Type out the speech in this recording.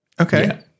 Okay